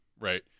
Right